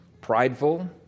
prideful